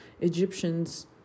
Egyptians